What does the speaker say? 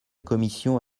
commission